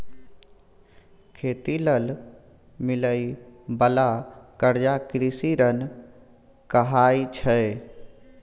खेती लेल मिलइ बाला कर्जा कृषि ऋण कहाइ छै